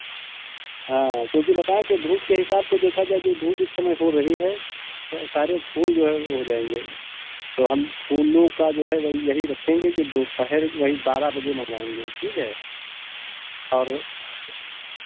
हाँ क्योंकि बताए के धूप के हिसाब से देखा जाए तो धूप इस समय हो रही है तो सारे फूल जो है वो हो जाएंगे हम फूलों का जो है वही रखेंगे की दोपहर वही बारह बजे मंगाएंगे ठीक है और